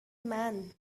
man